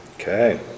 Okay